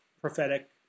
prophetic